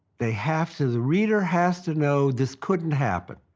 they have to the reader has to know this couldn't happen,